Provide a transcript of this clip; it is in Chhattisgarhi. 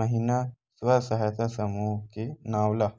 महिना स्व सहायता समूह के नांव ला